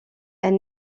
elle